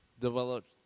developed